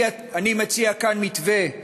אני מציע כאן מתווה.